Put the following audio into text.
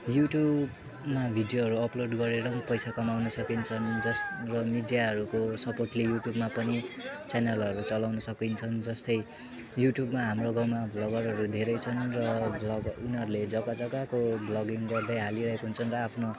युट्युबमा भिडियोहरू अपलोड गरेर पनि पैसा कमाउनु सकिन्छन् जस् र मिडियाहरूको सपोर्टले युट्युबमा पनि च्यानलहरू चलाउन सकिन्छन् जस्तै युट्युबमा हाम्रो गाउँमा भ्लगरहरू धेरै छन् र भ्लग उनीहरूले जग्गा जग्गाको भ्लगिङ गर्दै हालिरहेको हुन्छन् र आफ्नो